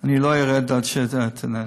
אני לא ארד עד שאתה תגיד,